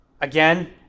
again